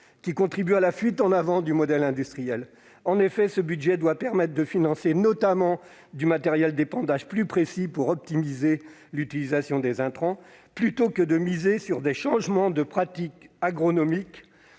qui contribuent à la fuite en avant du modèle industriel. En effet, les crédits engagés doivent notamment permettre de financer du matériel d'épandage plus précis pour optimiser l'utilisation des intrants. Plutôt que de miser sur des changements de pratiques agronomiques